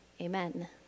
Amen